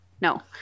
No